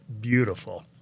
beautiful